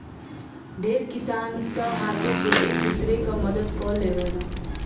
ढेर किसान तअ हाथे से एक दूसरा के मदद कअ लेवेलेन